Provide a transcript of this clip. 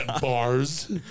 bars